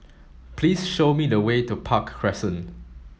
please show me the way to Park Crescent